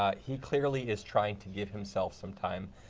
ah he clearly is trying to give himself some time,